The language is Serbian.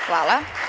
Hvala.